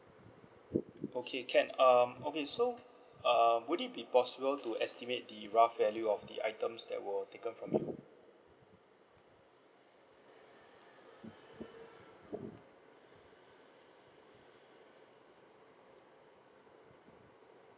okay can um okay so uh will it be possible to estimate the rough value of the items that were taken from you